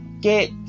get